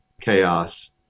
chaos